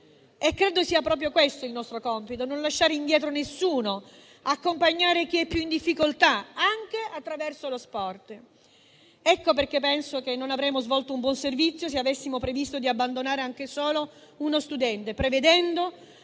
Credo sia proprio questo il nostro compito: non lasciare indietro nessuno, accompagnare chi è più in difficoltà anche attraverso lo sport. Ecco perché penso che non avremmo svolto un buon servizio se avessimo previsto di abbandonare anche solo uno studente, prevedendo,